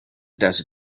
desert